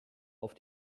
auf